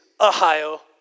Ohio